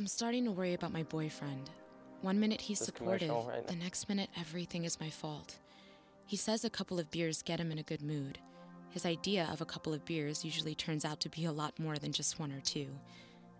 i'm starting to worry about my boyfriend one minute he's supporting the next minute everything is my fault he says a couple of beers get him in a good mood his idea of a couple of beers usually turns out to be a lot more than just one or two